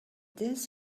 this